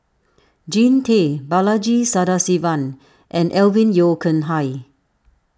Jean Tay Balaji Sadasivan and Alvin Yeo Khirn Hai